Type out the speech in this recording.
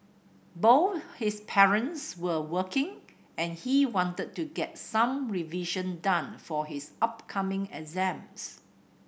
both his parents were working and he wanted to get some revision done for his upcoming exams